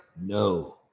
No